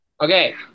Okay